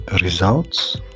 results